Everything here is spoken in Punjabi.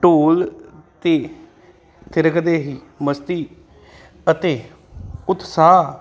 ਢੋਲ 'ਤੇ ਫਿਰ ਕਦੇ ਹੀ ਮਸਤੀ ਅਤੇ ਉਤਸਾਹ